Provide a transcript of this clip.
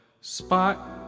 Spot